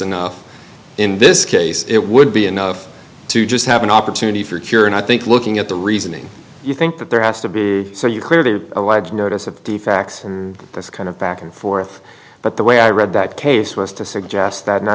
enough in this case it would be enough to just have an opportunity for a cure and i think looking at the reasoning you think that there has to be so you clearly allege notice of the facts this kind of back and forth but the way i read that case was to suggest that